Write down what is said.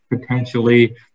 potentially